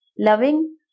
loving